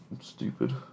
stupid